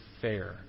fair